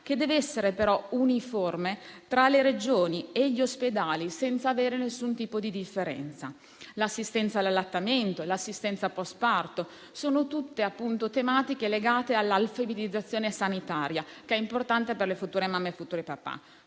che deve essere però uniforme tra le Regioni e gli ospedali, senza avere alcun tipo di differenza. L'assistenza all'allattamento e *post* parto sono tematiche legate all'alfabetizzazione sanitaria, che è importante per le future mamme e i futuri papà.